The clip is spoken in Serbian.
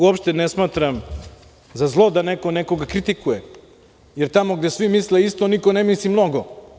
Uopšte ne smatram za zlo da neko nekoga kritikuje, jer tamo gde svi misle isto, niko ne misli mnogo.